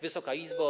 Wysoka Izbo!